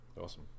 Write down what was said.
awesome